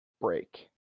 break